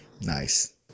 nice